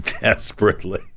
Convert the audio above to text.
desperately